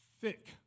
thick